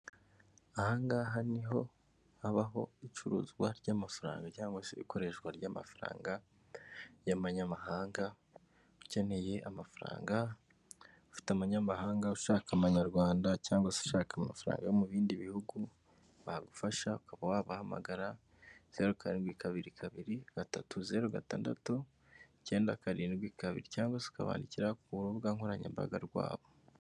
Aha ngaha ni ho habaho icuruzwa ry'amafaranga cyangwa se ikoreshwa ry'amafaranga y'amanyamahanga, ukeneye amafaranga ufite amanyamahanga ushaka amanyarwanda cyangwa se ushaka amafaranga yo mu bindi bihugu bagufasha. Ukaba wabahamagara kuri zeru, karindwi, kabiri, kabiri, gatatu, zeru, gatandatu, icyenda, karindwi, kabiri cyangwa ukabandikira ku rubuga nkoranyambaga rwabo.